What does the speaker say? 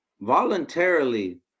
voluntarily